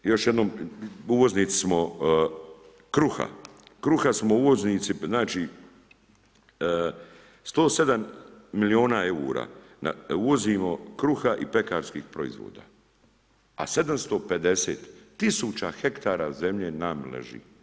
Još jednom, uvoznici smo kruha, kruha smo uvoznici znači 107 milijuna eura uvozimo kruha i pekarskih proizvoda, a 750.000 hektara zemlje nam leži.